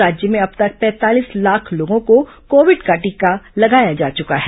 राज्य में अब तक पैंतालीस लाख लोगों को कोविड का टीका लगाया जा चुका है